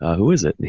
who is it?